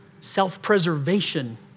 self-preservation